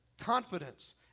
confidence